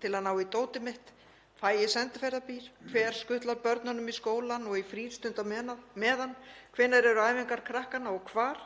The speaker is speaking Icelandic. til að ná í dótið mitt? Fæ ég sendiferðabíl? Hver skutlar börnunum í skólann og í frístund á meðan? Hvenær eru æfingar krakkana og hvar?